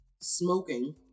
smoking